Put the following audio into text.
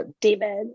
David